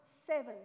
Seven